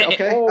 Okay